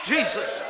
Jesus